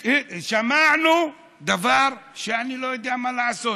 שמענו דבר שאני לא יודע מה לעשות.